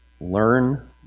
learn